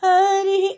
Hari